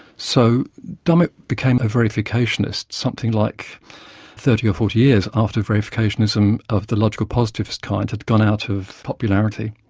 so, dummett became a verificationist, something like thirty or forty years after verificationism of the logical positivist kind had gone out of popularity.